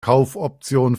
kaufoption